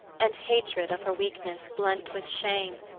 and hatred of her weakness, blent with shame.